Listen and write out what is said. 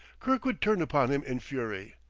kirkwood turned upon him in fury.